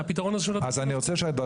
אלה אנחנו מעלים